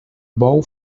bou